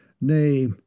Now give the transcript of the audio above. Nay